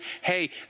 Hey